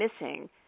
missing